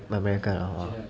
like america lah